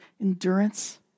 endurance